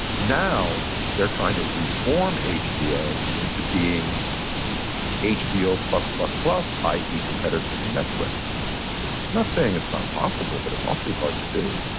now they're trying to reform hbo into being hbo plus plus plus, i. e. competitor to netflix. i'm not saying it's not possible, but it's awfully hard to do.